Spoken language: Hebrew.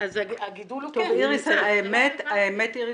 האמת אירוס,